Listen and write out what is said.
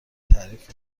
تعریف